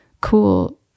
cool